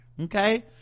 okay